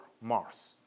Mars